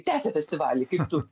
tęsia festivalį kaip tu